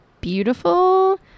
beautiful